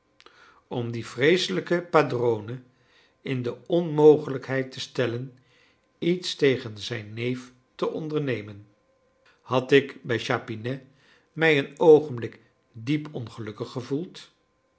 om dien vreeselijken padrone in de onmogelijkheid te stellen iets tegen zijn neef te ondernemen had ik bij chapinet mij een oogenblik diep ongelukkig gevoeld